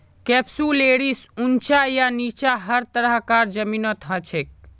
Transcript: कैप्सुलैरिस ऊंचा या नीचा हर तरह कार जमीनत हछेक